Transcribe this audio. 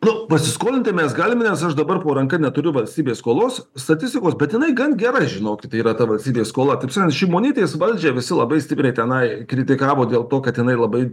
nu pasiskolint tai mes galime nes aš dabar po ranka neturiu valstybės skolos statistikos bet jinai gan gera žinokit yra ta valstybės skola šimonytės valdžią visi labai stipriai tenai kritikavo dėl to kad jinai labai